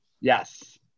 yes